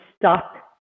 stuck